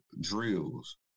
drills